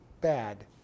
bad